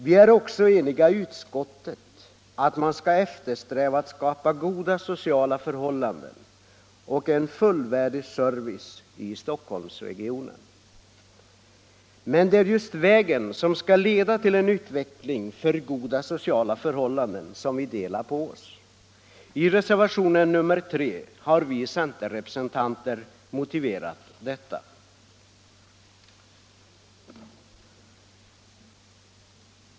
Vi är också eniga i utskottet om att man skall eftersträva att skapa goda sociala förhållanden och en fullvärdig service i Stockholmsregionen. Men det är just i fråga om vägen som skall leda till en utveckling för goda sociala förhållanden som vi delar på oss. I reservationen 3 har vi centerrepresentanter motiverat detta.